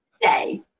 Day